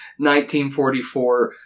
1944